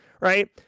right